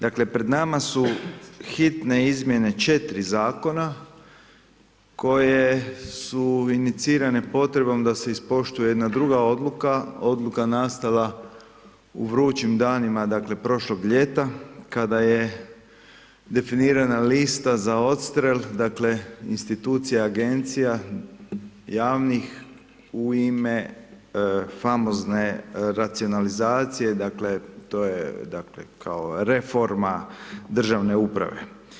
Dakle, pred nama su hitne izmjene 4 zakona, koje su inicirane potrebom da se ispoštuje jedna druga odluka, odluka nastala u vrućim danima, dakle prošlog ljeta kada je definirana lista za odstrel, dakle institucija agencija javnih u ime famozne racionalizacije, dakle to je dakle kao reforma državne uprave.